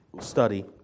study